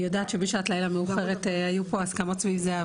אני יודע שבשעת לילה מאוחרת היו פה הסכמות סביב זה,